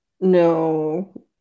No